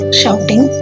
shouting